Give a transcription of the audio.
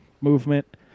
movement